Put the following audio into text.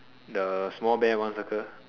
the small bear one circle